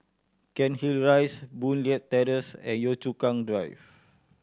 Cairnhill Rise Boon Leat Terrace and Yio Chu Kang Drive